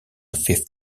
fifth